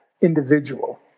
individual